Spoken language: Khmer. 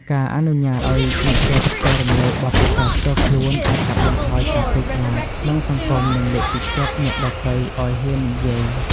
ការអនុញ្ញាតឱ្យនិស្សិតចែករំលែកបទពិសោធន៍ផ្ទាល់ខ្លួនអាចកាត់បន្ថយការភ័យខ្លាចក្នុងសង្គមនិងលើកទឹកចិត្តអ្នកដទៃឱ្យហ៊ាននិយាយ។